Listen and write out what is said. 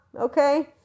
okay